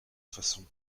façon